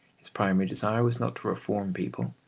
his primary desire was not to reform people,